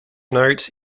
note